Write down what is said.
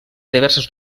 diverses